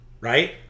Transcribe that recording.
right